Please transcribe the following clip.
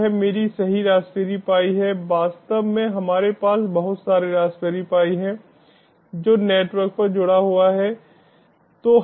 तो यह मेरी सही रासबेरी पाई है वास्तव में हमारे पास बहुत सारे रासबेरी पाई हैं जो नेटवर्क पर जुड़ा हुआ है